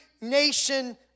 nation